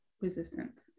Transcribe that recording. resistance